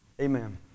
Amen